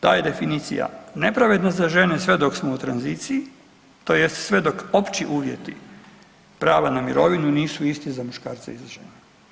Ta je definicija nepravedna za žene sve dok u tranziciji tj. sve dok opći uvjeti prava na mirovinu nisu isti za muškarce i za žene.